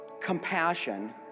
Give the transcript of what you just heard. compassion